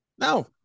No